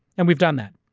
and we've done that.